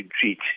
treat